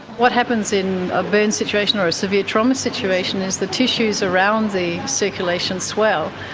what happens in a burns situation or a severe trauma situation is the tissues around the circulation swell,